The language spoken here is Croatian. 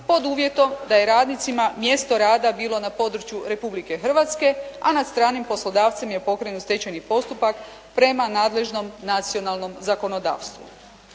pod uvjetom da je radnicima mjesto rada bilo na području Republike Hrvatske, a nad stranim poslodavcem je pokrenut stečajni postupak prema nadležnom nacionalnom zakonodavstvu.